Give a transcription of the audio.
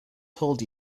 told